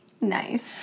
nice